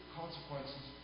consequences